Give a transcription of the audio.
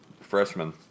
freshman